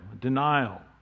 denial